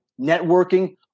networking